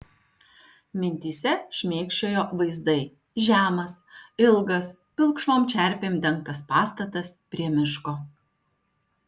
mintyse šmėkščiojo vaizdai žemas ilgas pilkšvom čerpėm dengtas pastatas prie miško